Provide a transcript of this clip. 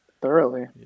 thoroughly